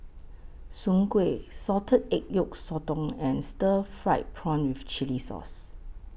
Soon Kway Salted Egg Yolk Sotong and Stir Fried Prawn with Chili Sauce